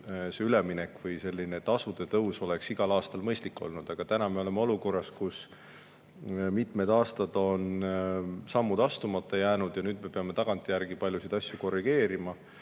see üleminek või tasude tõus oleks igal aastal mõistlik olnud. Aga täna me oleme olukorras, kus mitmed aastad on sammud astumata jäänud ja nüüd me peame tagantjärgi paljusid asju korrigeerima.